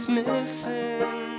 missing